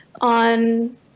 on